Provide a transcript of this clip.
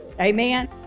Amen